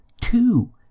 two